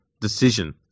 decision